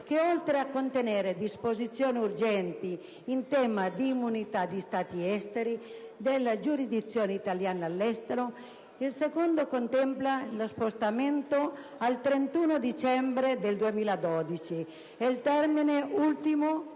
che, oltre a contenere disposizioni urgenti in tema di immunità di Stati esteri dalla giurisdizione italiana, all'articolo 2 contempla lo spostamento al 31 dicembre 2012 del termine ultimo